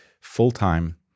full-time